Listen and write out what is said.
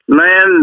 man